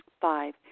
Five